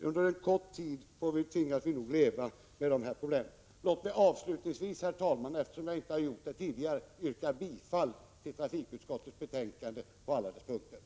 Under en kort tid tvingas vi nog leva med dessa problem. Herr talman! Eftersom jag inte har gjort det tidigare, vill jag nu yrka bifall till trafikutskottets hemställan i dess helhet.